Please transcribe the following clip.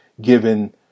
given